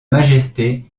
majesté